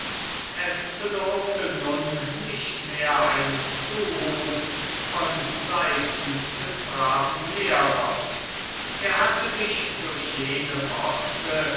es bedurfte nun nicht mehr eines zurufs von seiten des braven lehrers er hatte mich durch jene worte